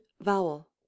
vowel